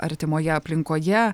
artimoje aplinkoje